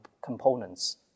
components